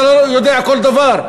אתה לא יודע כל דבר.